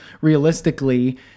realistically